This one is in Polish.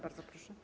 Bardzo proszę.